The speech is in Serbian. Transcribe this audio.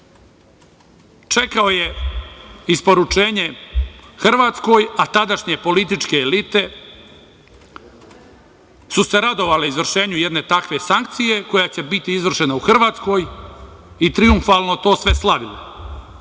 Čekao je isporučenje Hrvatskoj, a tadašnje političke elite su se radovale izvršenju jedne takve sankcije koja će biti izvršena u Hrvatskoj i trijumfalno sve to slavili.